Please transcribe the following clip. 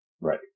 Right